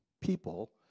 people